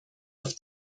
auf